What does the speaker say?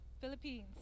Philippines